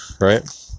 right